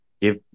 give